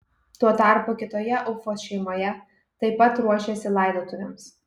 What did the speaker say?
tuo tarpu kitoje ufos šeimoje taip pat ruošėsi laidotuvėms